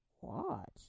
Watch